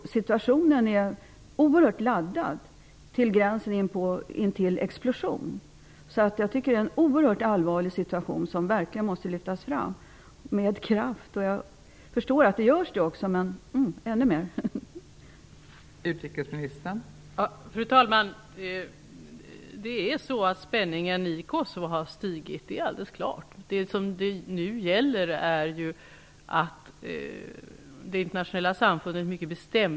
Situationen är laddad till gränsen för explosion. Det är en oerhört allvarlig situation som verkligen måste lyftas fram med kraft. Jag förstår att det också görs, men önskar att det skulle göras med ännu mer kraft.